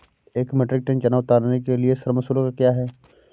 एक metric tonne चना उतारने के लिए श्रम शुल्क क्या है?